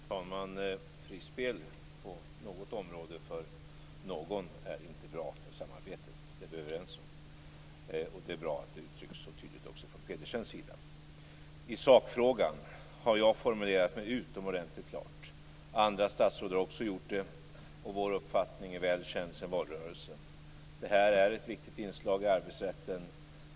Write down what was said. Fru talman! Frispel på något område för någon är inte bra för samarbetet. Det är vi överens om. Det är bra att det uttrycks så tydligt också från Pedersens sida. I sakfrågan har jag formulerat mig utomordentligt klart. Andra statsråd har också gjort det, och vår uppfattning är väl känd sedan valrörelsen. Det här är ett viktigt inslag i arbetsrätten.